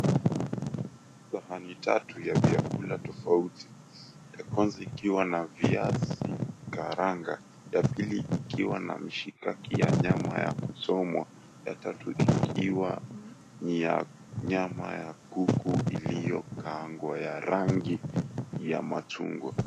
Sahani tatu ya vyakula tofauti; ya kwanza ikiwa na viazi karanga, ya pili ikiwa na mshikaki ya nyama ya kuchomwa, ya tatu ikiwa ni ya nyama ya kuku iliyokaangwa ya rangi ya machungwa.